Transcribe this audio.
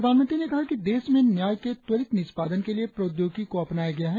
प्रधानमंत्री ने कहा कि देश में न्याय के त्वरित निष्पादन के लिए प्रौद्योगिकी को अपनाया गया है